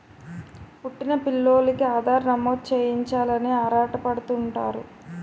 పుట్టిన పిల్లోలికి ఆధార్ నమోదు చేయించాలని ఆరాటపడుతుంటారు